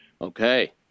Okay